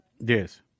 Yes